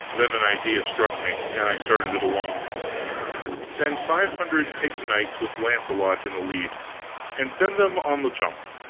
then an idea struck me, and i started it along send five hundred picked knights with launcelot in the lead and send them on the jump.